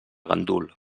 gandul